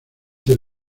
del